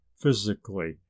physically